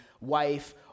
wife